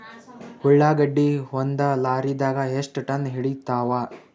ಉಳ್ಳಾಗಡ್ಡಿ ಒಂದ ಲಾರಿದಾಗ ಎಷ್ಟ ಟನ್ ಹಿಡಿತ್ತಾವ?